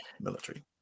military